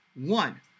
One